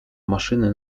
maszyny